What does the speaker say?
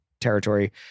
territory